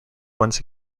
once